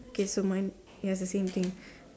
okay so mine ya it's the same thing